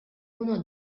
uno